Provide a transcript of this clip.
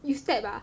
you step ah